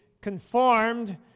conformed